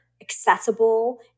accessible